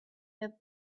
your